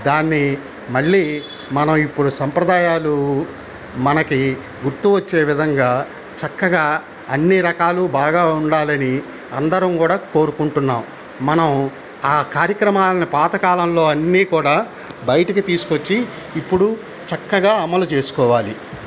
దాన్ని మళ్ళీ మనం ఇప్పుడు సంప్రదాయాలు మనకి గుర్తు వచ్చే విధంగా చక్కగా అన్ని రకాలు బాగా ఉండాలని అందరం కూడా కోరుకుంటున్నాం మనం ఆ కార్యక్రమాల్ని పాతకాలంలో అన్నీ కూడా బయటకి తీసుకొచ్చి ఇప్పుడు చక్కగా అమలు చేసుకోవాలి